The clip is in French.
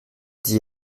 d’y